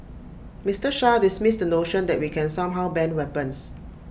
Mister Shah dismissed the notion that we can somehow ban weapons